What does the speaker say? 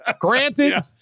Granted